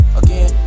again